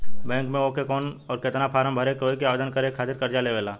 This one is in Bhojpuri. बैंक मे आ के कौन और केतना फारम भरे के होयी आवेदन करे के खातिर कर्जा लेवे ला?